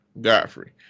godfrey